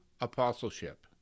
apostleship